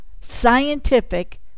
scientific